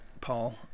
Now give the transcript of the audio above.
Paul